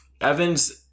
Evans